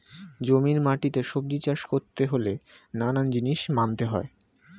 জমির মাটিতে সবজি চাষ করতে হলে নানান জিনিস মানতে হয়